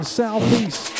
southeast